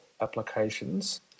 applications